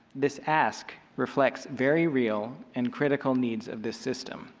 this ask reflects very real and critical needs of this system.